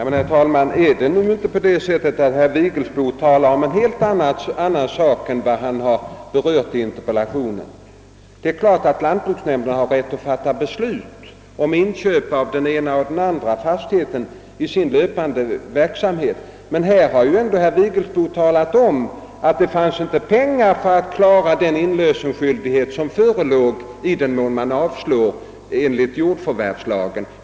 Herr talman! Talar inte herr Vigelsbo här om en helt annan sak än den han berörde i interpellationen? Det är klart att lantbruksnämnden i sin löpande verksamhet har rätt att fatta beslut om inköp av den ena eller den andra fastigheten, men här har ändå herr Vigelsbo talat om att det inte fanns pengar för att klara upp den inlösensskyldighet som förelåg i den mån nämnden avslår enligt jordförvärvslagen.